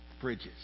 bridges